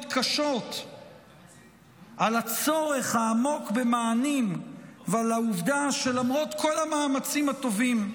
קשות על הצורך העמוק במענים ועל העובדה שלמרות כל המאמצים הטובים,